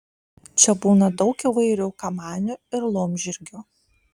čia būna daug įvairių kamanių ir laumžirgių